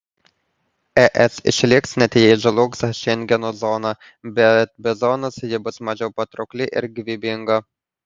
es išliks net jei žlugs šengeno zona bet be zonos ji bus mažiau patraukli ir gyvybinga